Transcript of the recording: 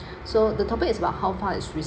so the topic is about how far is re~